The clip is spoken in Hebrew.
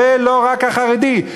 ולא רק החרדי.